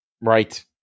Right